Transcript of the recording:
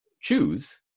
choose